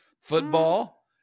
football